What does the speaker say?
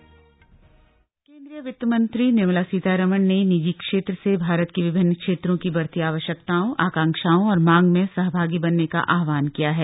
वित्तमंत्री निर्मला सीतारामन केन्द्रीय वित्तमंत्री निर्मला सीतारामन ने निजी क्षेत्र से भारत की विभिन्न क्षेत्रों की बढ़ती आवश्यकताओं आकाक्षाओं और मांग में सहभागी बनने का आह्वान किया है